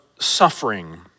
suffering